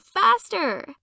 faster